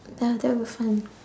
ya that would be fun